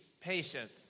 patience